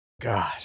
God